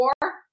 four